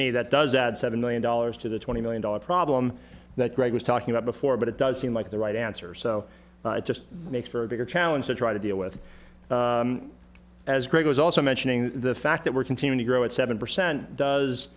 me that does add seven million dollars to the twenty million dollars problem that greg was talking about before but it does seem like the right answer so it just makes for a bigger challenge to try to deal with as greg was also mentioning the fact that we're continuing to grow at seven percent does